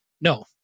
No